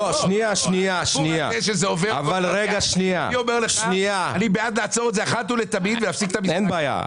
אני אומר לך שאני בעד לעצור את זה אחת ולתמיד ולהפסיק את המשחק הזה.